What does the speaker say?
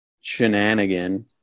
shenanigan